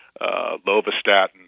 lovastatin